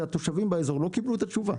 והתושבים באזור לא קיבלו את התשובה.